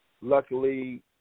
luckily